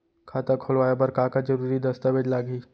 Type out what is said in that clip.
खाता खोलवाय बर का का जरूरी दस्तावेज लागही?